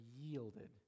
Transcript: yielded